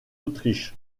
autriche